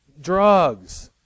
Drugs